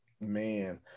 man